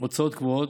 הוצאות קבועות,